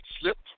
slipped